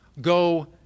go